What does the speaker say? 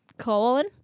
colon